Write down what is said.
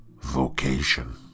vocation